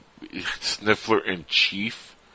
Sniffler-in-Chief